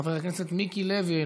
חבר הכנסת מיקי לוי,